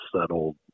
settled